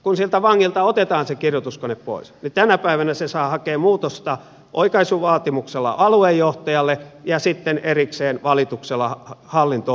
kun siltä vangilta otetaan se kirjoituskone pois tänä päivänä se saa hakea muutosta oikaisuvaatimuksella aluejohtajalta ja sitten erikseen valituksella hallinto oikeudelta